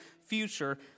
future